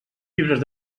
llibres